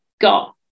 got